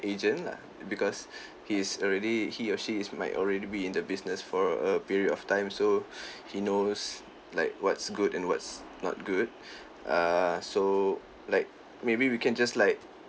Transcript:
agent lah because he's already he or she is might already be in the business for a period of time so he knows like what's good and what's not good err so like maybe we can just like